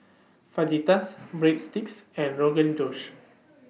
Fajitas Breadsticks and Rogan Josh